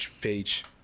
page